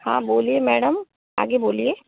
हाँ बोलिए मैडम आगे बोलिए